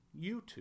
YouTube